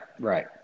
right